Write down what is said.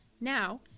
Now